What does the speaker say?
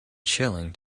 chilling